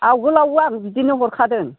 आवगोलावबो आं बिदिनो हरखादों